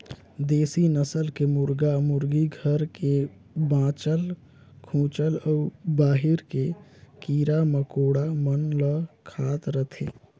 देसी नसल के मुरगा मुरगी घर के बाँचल खूंचल अउ बाहिर के कीरा मकोड़ा मन ल खात रथे